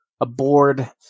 aboard